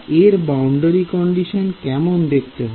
এর boundary condition কেমন দেখতে হবে